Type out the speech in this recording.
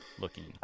looking